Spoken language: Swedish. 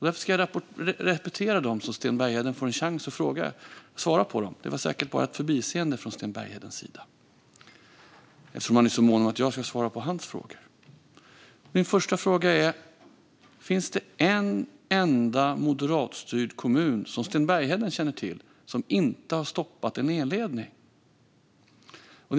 Därför ska jag repetera dem, så att Sten Bergheden får en chans att svara. Det var säkert bara ett förbiseende från Sten Berghedens sida, eftersom han är så mån om att jag ska svara på hans frågor. Min första fråga är: Finns det en enda moderatstyrd kommun som Sten Bergheden känner till som inte har stoppat att det byggs en elledning?